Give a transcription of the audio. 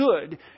good